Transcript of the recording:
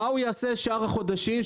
מה הוא יעשה שאר החודשים,